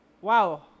Wow